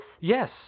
Yes